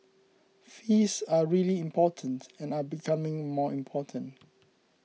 fees are really important and are becoming more important